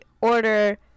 order